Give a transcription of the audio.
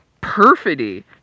perfidy